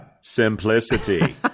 Simplicity